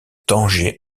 tanger